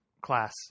class